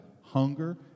hunger